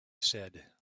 said